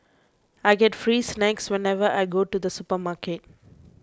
I get free snacks whenever I go to the supermarket